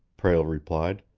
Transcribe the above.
prale replied.